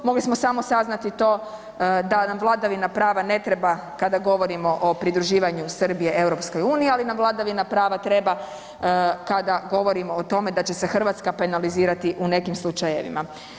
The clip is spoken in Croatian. Mogli smo samo saznati to da nam vladavina prava ne treba kada govorimo o pridruživanju Srbije EU, ali nam vladavina prava treba kada govorimo o tome da će se Hrvatska penalizirati u nekim slučajevima.